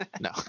No